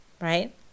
right